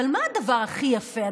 אבל מה הדבר הכי יפה,